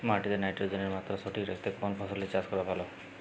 মাটিতে নাইট্রোজেনের মাত্রা সঠিক রাখতে কোন ফসলের চাষ করা ভালো?